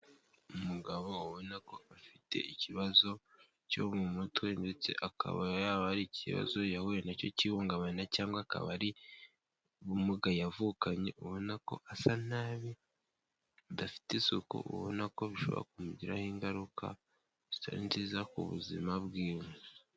Umugabo ubona ko afite ikibazo cyo mu mutwe ndetse akaba yaba ari ikibazo yahuye nacyo k'ihungabana cyangwa akaba ari ubumuga yavukanye ubona ko asa nabi adafite isuku ubona ko bishobora kumugiraho ingaruka zitari nziza ku buzima bwiwe.